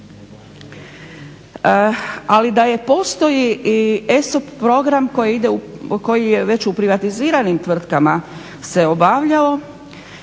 Ali da postoji i ESOP program koji je već u privatiziranim tvrtkama se obavljao